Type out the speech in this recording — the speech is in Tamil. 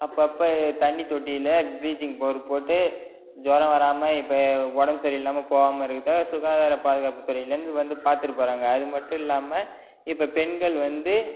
அப்போப்ப தண்ணி தொட்டியில் பிளீச்சிங் பவுட்ரு போட்டு ஜொரம் வராம இப்போ உடம்பு சரியில்லாமல் போகாம இருக்கிறதுக்காக சுகாதார பாதுகாப்பு துறையிலேருந்து வந்து பார்த்துட்டுப் போகிறாங்க அது மட்டும் இல்லாமல் இப்போ பெண்கள் வந்து